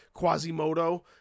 Quasimodo